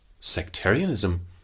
sectarianism